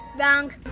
wrong.